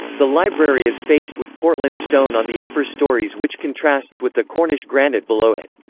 the library is faced with portland stone on the upper storeys which contrasts with the cornish granite below it.